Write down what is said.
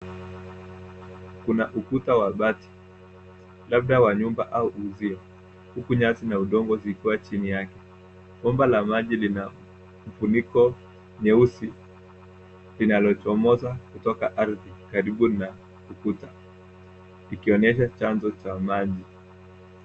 Kuna ukuta wa bati, labda wa nyumba au uzio, ukiwa na nyasi na udongo chini yake. Dimba la maji lipo karibu na ukuta huo. Ukungu ni wa kawaida. Gomba lamaji lina funiko nyeusi linalochomoza kutoka ardhini, kikaribu na ukuta, kikionyesha chemchemi ya maji.